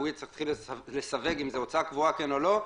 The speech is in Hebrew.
והוא יתחיל לסווג אם זו הוצאה קבועה כן או לא,